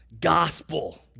gospel